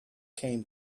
came